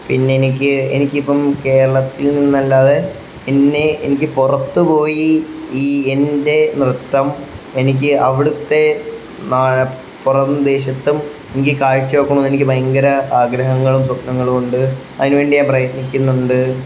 പിന്നെ എനിക്ക് എനിക്കിപ്പോള് കേരളത്തിൽ നിന്നല്ലാതെ എന്നെ എനിക്ക് പുറത്തു പോയി ഈ എൻ്റെ നൃത്തം എനിക്ക് അവിടുത്തെ പുറം ദേശത്തും എനിക്ക് കാഴ്ച വയ്ക്കണമെന്നത് എനിക്ക് ഭയങ്കര ആഗ്രഹങ്ങളും സ്വപ്നങ്ങളുമുണ്ട് അതിനുവേണ്ടി ഞാൻ പ്രയത്നിക്കുന്നുണ്ട്